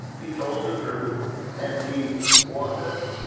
he told the truth and he wanted